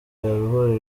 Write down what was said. yaba